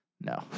no